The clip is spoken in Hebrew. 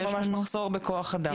יש ממש מחסור בכוח אדם.